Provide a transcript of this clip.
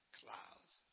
clouds